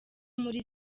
muri